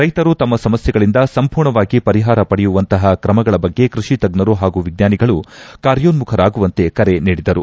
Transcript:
ರೈತರು ತಮ್ನ ಸಮಸ್ಟೆಗಳಿಂದ ಸಂಪೂರ್ಣವಾಗಿ ಪರಿಪಾರ ಪಡೆಯುವಂತ ಕ್ರಮಗಳ ಬಗ್ಗೆ ಕೈಷಿ ತಜ್ಞರು ಹಾಗೂ ವಿಜ್ಞಾನಿಗಳು ಕಾರ್ಯೋನುಖರಾಗುವಂತೆ ಕರೆ ನೀಡಿದರು